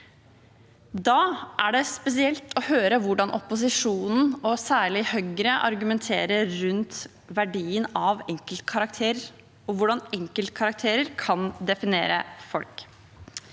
Da er det spesielt å høre hvordan opposisjonen, og særlig Høyre, argumenterer rundt verdien av enkeltkarakter, og hvordan enkeltkarakterer kan definere folk.